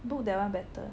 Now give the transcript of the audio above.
book that [one] better